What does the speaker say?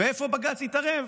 ואיפה בג"ץ התערב